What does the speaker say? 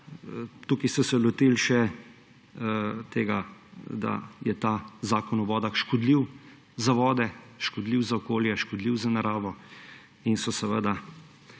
tukaj so se lotili še tega, da je ta Zakon o vodah škodljiv za vode, škodljiv za okolje, škodljiv za naravo in so seveda